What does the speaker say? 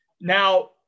Now